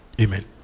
Amen